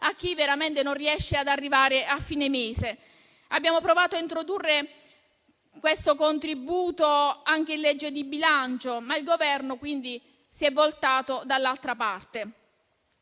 a chi veramente non riesce ad arrivare alla fine del mese. Abbiamo provato a introdurre questo contributo anche in legge di bilancio, ma il Governo si è voltato dall'altra parte.